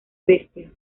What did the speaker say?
bestia